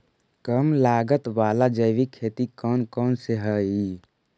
कम लागत वाला जैविक खेती कौन कौन से हईय्य?